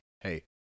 hey